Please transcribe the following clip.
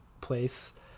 place